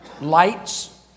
lights